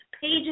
pages